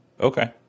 Okay